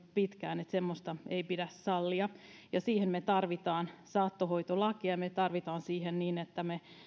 pitkään semmoista ei pidä sallia ja siihen me tarvitsemme saattohoitolakia me tarvitsemme sen niin että me